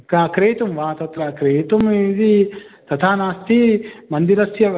का क्रेतुं वा तत्र क्रेतुं यदि तथा नास्ति मन्दिरस्य ब ह